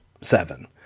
Seven